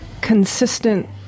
consistent